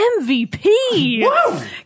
MVP